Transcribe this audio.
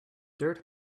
dirt